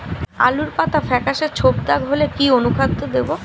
আলুর পাতা ফেকাসে ছোপদাগ হলে কি অনুখাদ্য দেবো?